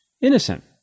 innocent